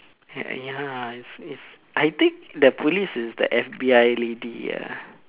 ya is I think the police is that F_B_I lady lah